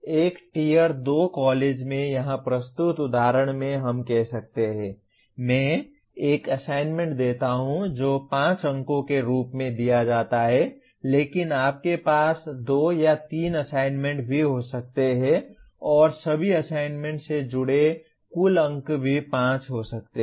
एक tier 2 college में यहां प्रस्तुत उदाहरण में हम कहते हैं मैं एक असाइनमेंट देता हूं जो 5 अंकों के रूप में दिया जाता है लेकिन आपके पास 2 या 3 असाइनमेंट भी हो सकते हैं और सभी असाइनमेंट्स से जुड़े कुल अंक भी 5 हो सकते हैं